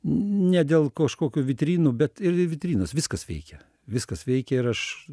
ne dėl kažkokių vitrinų bet ir vitrinos viskas veikia viskas veikia ir aš